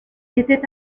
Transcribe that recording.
était